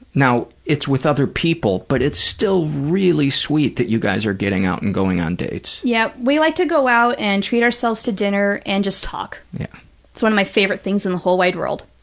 now, it's with other people, but it's still really sweet that you guys are getting out and going on dates. yep. we like to go out and treat ourselves to dinner and just talk. yeah. it's one of my favorite things in the whole wide world.